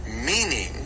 meaning